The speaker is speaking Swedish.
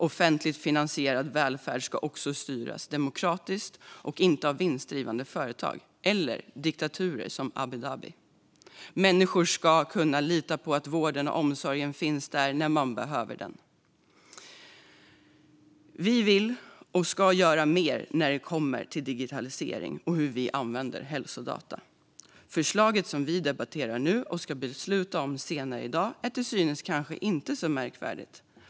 Offentligt finansierad välfärd ska också styras demokratiskt och inte av vinstdrivande företag eller diktaturer som Abu Dhabi. Människor ska kunna lita på att vården och omsorgen finns där när man behöver den. Vi vill och ska göra mer när det kommer till digitalisering och hur vi använder hälsodata. Det förslag som vi debatterar nu och ska besluta om senare i dag är till synes kanske inte så märkvärdigt.